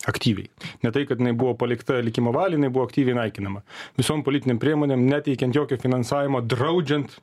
aktyviai ne tai kad jinai buvo palikta likimo valiai jinai buvo aktyviai naikinama visom politinėm priemonėm neteikiant jokio finansavimo draudžiant